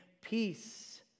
peace